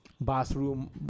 bathroom